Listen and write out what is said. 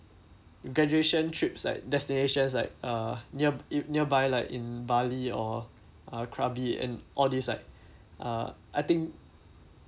graduation trips like destinations like uh near it nearby like in bali or uh krabi and all these like uh I think